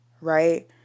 right